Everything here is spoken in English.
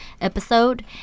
episode